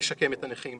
משקם את הנכים